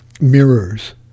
mirrors